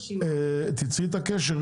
תיצרי איתה קשר,